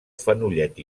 fenollet